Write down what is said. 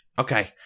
Okay